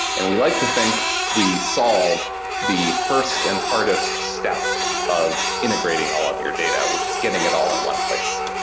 and we like to think we solve the first and hardest step of integrating all of your data, which is getting it all in one place.